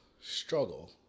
struggle